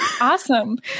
Awesome